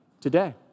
today